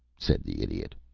said the idiot.